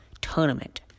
tournament